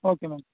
okay ma'am